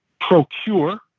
procure